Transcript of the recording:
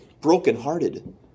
broken-hearted